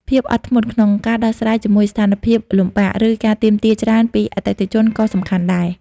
ភាពអត់ធ្មត់ ក្នុងការដោះស្រាយជាមួយស្ថានភាពលំបាក ឬការទាមទារច្រើនពីអតិថិជនក៏សំខាន់ដែរ។